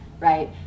Right